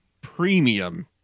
premium